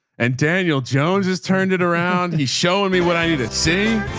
and daniel jones has turned it around. he's showing me what i need to sing.